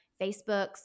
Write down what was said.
Facebooks